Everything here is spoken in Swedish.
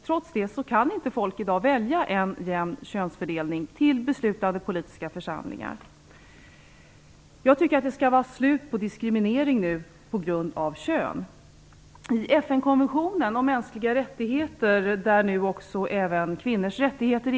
Trots detta kan inte folket i dag välja en jämn könsfördelning till beslutande politiska församlingar. Jag tycker att det nu skall vara slut på diskriminering på grund av kön nu. I FN-konventionen om mänskliga rättigheter ingår nu även kvinnors rättigheter.